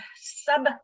sub